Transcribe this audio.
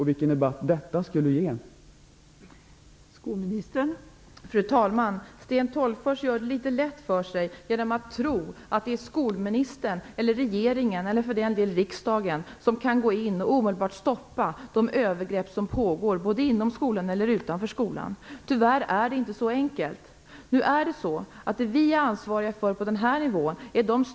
Vilken debatt skulle inte detta föranleda!